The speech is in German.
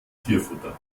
tierfutter